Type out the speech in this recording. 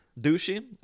douchey